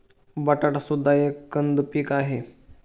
बटाटा सुद्धा एक कंद पीक आहे